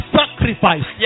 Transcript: sacrifice